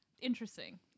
Interesting